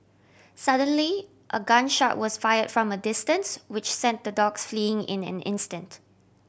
suddenly a gun shot was fire from a distance which sent the dogs fleeing in an instant